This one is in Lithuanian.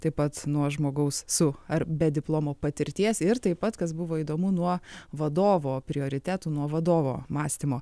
taip pat nuo žmogaus su ar be diplomo patirties ir taip pat kas buvo įdomu nuo vadovo prioritetų nuo vadovo mąstymo